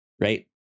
right